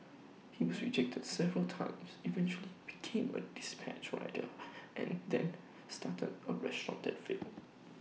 he was rejected several times eventually became A dispatch rider and then started A restaurant that failed